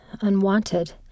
unwanted